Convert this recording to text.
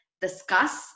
discuss